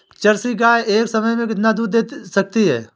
Jersey गाय एक समय में कितना दूध दे सकती है?